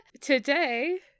today